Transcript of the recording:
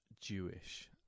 jewish